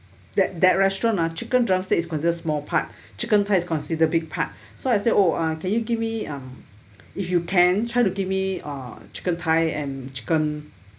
that that restaurant lah chicken drumstick is considered small part chicken thigh is considered big part so I said oh uh can you give me um if you can try to give me uh chicken thigh and chicken